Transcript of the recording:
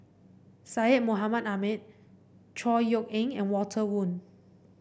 Syed Mohamed Ahmed Chor Yeok Eng and Walter Woon